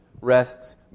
rests